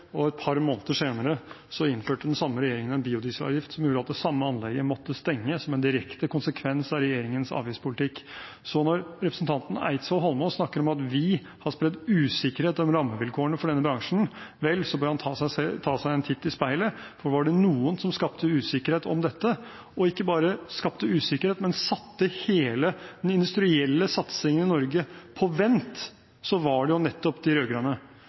og et par måneder senere innførte den samme regjeringen en biodieselavgift som gjorde at det samme anlegget måtte stenge, som en direkte konsekvens av regjeringens avgiftspolitikk. Så når representanten Eidsvoll Holmås snakker om at vi har spredd usikkerhet om rammevilkårene for denne bransjen, vel, da bør han ta en titt i speilet, for var det noen som skapte usikkerhet om dette – og ikke bare skapte usikkerhet, men satte hele den industrielle satsingen i Norge på vent – var det jo nettopp de